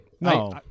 No